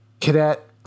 Cadet